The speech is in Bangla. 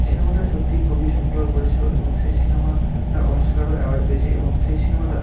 সিনেমাটা সত্যিই খুবই সুন্দর করেছিল এবং সে সিনেমা টা অস্কার অ্যাওয়ার্ড পেয়েছে এবং সেই সিনেমাটা